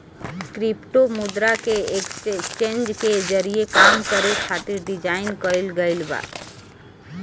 crypto मुद्रा के exchange के जरिए काम करे खातिर डिजाइन कईल गईल बा